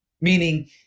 meaning